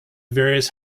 various